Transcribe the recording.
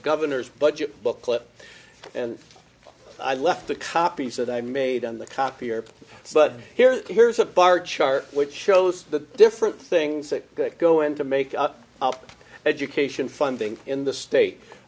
governor's budget booklet and i left the copies that i made on the copier but here here's a bar chart which shows the different things that go into make up education funding in the state